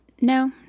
no